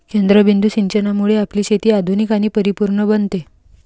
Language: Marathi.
केंद्रबिंदू सिंचनामुळे आपली शेती आधुनिक आणि परिपूर्ण बनते